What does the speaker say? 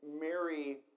Mary